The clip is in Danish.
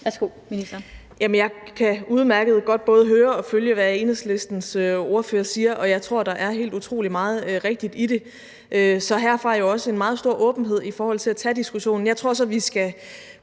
(Astrid Krag): Jeg kan udmærket godt både høre og følge, hvad Enhedslistens ordfører siger, og jeg tror, der er helt utrolig meget rigtigt i det. Så der er herfra jo også en meget stor åbenhed i forhold til at tage diskussionen. Jeg tror så, at vi skal